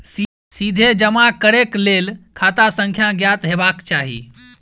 सीधे जमा करैक लेल खाता संख्या ज्ञात हेबाक चाही